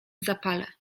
zapale